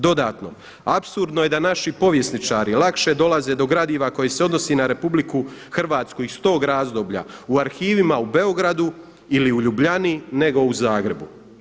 Dodatno, apsurdno je da naši povjesničari lakše dolaze do gradiva koje se odnosi na RH iz tog razdoblja u arhivima u Beogradu ili u Ljubljani nego u Zagrebu.